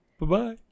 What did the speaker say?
Bye-bye